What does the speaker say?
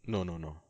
no no no